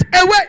away